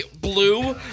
blue